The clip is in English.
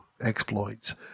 exploits